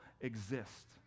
exist